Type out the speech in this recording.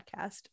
podcast